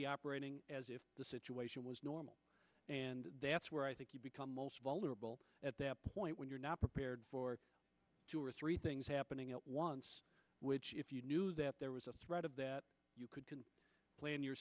be operating as if the situation was normal and that's where i think you become most vulnerable at that point when you're not prepared for two or three things happening at once which if you knew that there was a threat of that you could can plan your